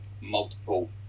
multiple